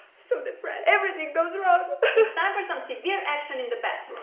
so depressed everything goes wrong. it's time for some severe action in the bathroom.